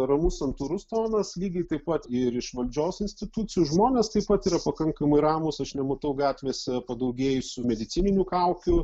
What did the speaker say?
ramus santūrus tonas lygiai taip pat ir iš valdžios institucijų žmonės taip pat yra pakankamai ramūs aš nematau gatvėse padaugėjus medicininių kaukių